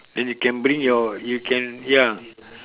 then you can bring your you can ya